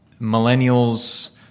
millennials